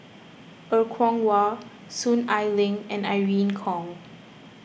Er Kwong Wah Soon Ai Ling and Irene Khong